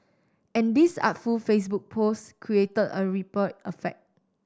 and this artful Facebook post created a ripple effect